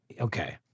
Okay